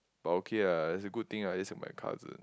but okay ah it's a good thing ah at least have my cousin